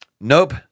nope